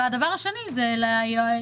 הדבר השני הוא אלינו.